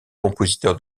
compositeur